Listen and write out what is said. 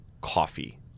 coffee